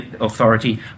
authority